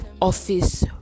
office